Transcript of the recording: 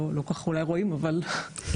לא כל כך אולי רואים אבל כן,